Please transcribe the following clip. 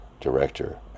director